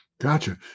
Gotcha